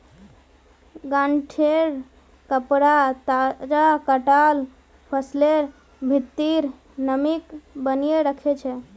गांठेंर कपडा तजा कटाल फसलेर भित्रीर नमीक बनयें रखे छै